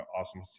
awesome